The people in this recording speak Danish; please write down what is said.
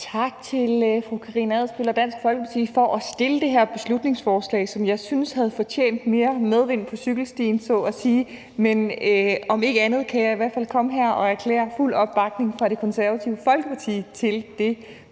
Tak til fru Karina Adsbøl og Dansk Folkeparti for at fremsætte det her beslutningsforslag, som jeg synes havde fortjent mere medvind på cykelstien, så at sige. Men om ikke andet kan jeg i hvert fald komme her og erklære fuld opbakning fra Det Konservative Folkepartis side